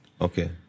Okay